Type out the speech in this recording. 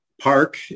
Park